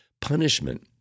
punishment